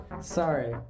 Sorry